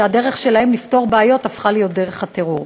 שהדרך שלהם לפתור בעיות הפכה להיות דרך הטרור.